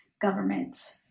government